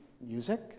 music